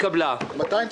הצבעה בעד,